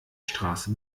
straße